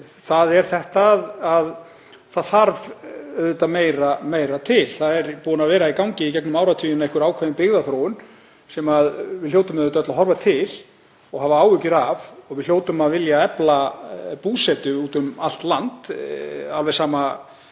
á á undan, að það þarf auðvitað meira til. Það er búin að vera í gangi í gegnum áratugina einhver ákveðin byggðaþróun sem við hljótum öll að horfa til og hafa áhyggjur af og við hljótum að vilja efla búsetu út um allt land, alveg sama hvort